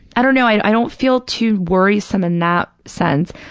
i don't know. i don't feel too worrisome in that sense.